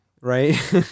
right